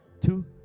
two